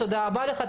תודה רבה לך.